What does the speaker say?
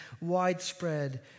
widespread